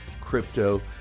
crypto